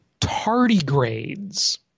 tardigrades